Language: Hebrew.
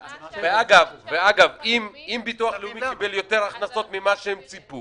אם הביטוח הלאומי קיבל יותר הכנסות ממה שהם ציפו